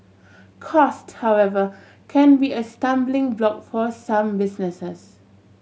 cost however can be a stumbling block for some businesses